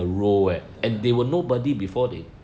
ya